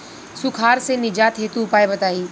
सुखार से निजात हेतु उपाय बताई?